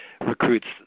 recruits